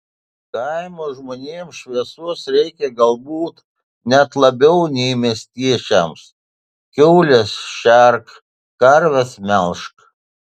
kaimo žmonėms šviesos reikia galbūt net labiau nei miestiečiams kiaules šerk karves melžk